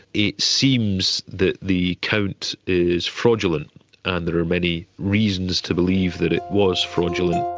it seems that the count is fraudulent and there are many reasons to believe that it was fraudulent.